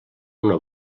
una